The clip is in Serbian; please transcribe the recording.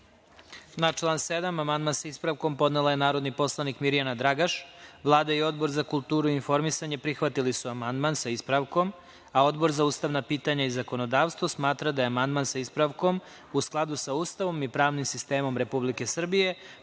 član 7. amandman, sa ispravkom, podnela je narodni poslanik Mirjana Dragaš. Vlada i Odbor za kulturu i informisanje prihvatili su amandman sa ispravkom, a Odbor za ustavna pitanja i zakonodavstvo smatra da je amandman sa ispravkom u skladu sa Ustavom i pravnim sistemom Republike